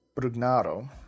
Brugnaro